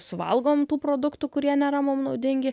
suvalgom tų produktų kurie nėra mum naudingi